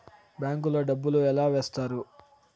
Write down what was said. bank లో డబ్బులు ఎలా వేస్తారు